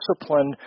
discipline